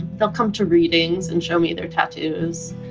they'll come to readings and show me their tattoos.